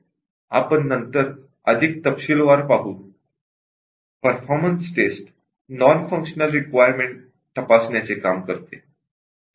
आपण नंतर अधिक तपशीलवार पाहू performance test non functional requirement तपासण्याचे काम करते